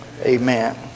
Amen